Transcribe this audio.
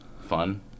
fun